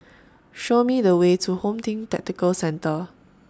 Show Me The Way to Home Team Tactical Centre